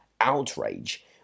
outrage